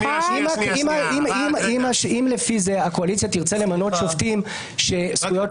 אם לפי זה הקואליציה תרצה למנות שופטים שזכויות